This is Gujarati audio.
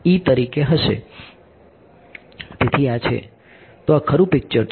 તેથી આ છે તો આ ખરું પિક્ચર છે